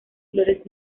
flores